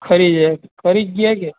ખરી જાય ખરી જ ગ્યાં કે